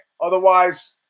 Otherwise